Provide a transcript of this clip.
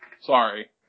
Sorry